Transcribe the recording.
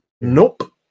Nope